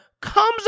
comes